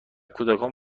کودکان